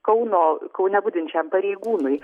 kauno kaune budinčiam pareigūnui